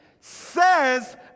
says